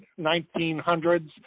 1900s